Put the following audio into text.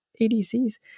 ADCs